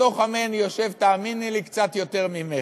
בתוך עמי אני יושב, תאמיני לי, קצת יותר ממך,